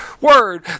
word